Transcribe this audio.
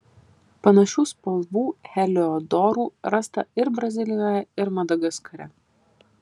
panašių spalvų heliodorų rasta ir brazilijoje ir madagaskare